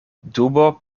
dubo